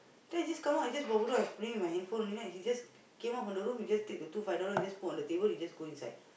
then he just come out and just I was playing with my handphone right he just came out from the room he just take the two five dollar he just put on the table he just go inside